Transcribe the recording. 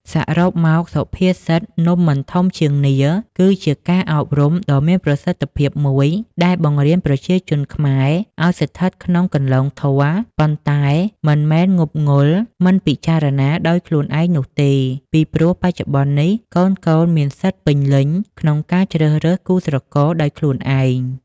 សរុបមក សុភាសិត នំមិនធំជាងនាឡិ គឺជាការអប់រំដ៏មានប្រសិទ្ធភាពមួយ ដែលបង្រៀនប្រជាជនខ្មែរឲ្យស្ថិតក្នុងគន្លងធម៌ ប៉ុន្តែមិនមែនងប់ងល់មិនពិចារណាដោយខ្លួនឯងនោះទេ ពីព្រោះបច្ចុប្បន្ននេះកូនៗមានសិទ្ធិពេញលេញក្នុងការជ្រើសរើសគូស្រករដោយខ្លួនឯង។